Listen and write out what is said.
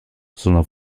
sondern